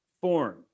form